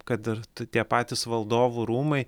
kad ir tie patys valdovų rūmai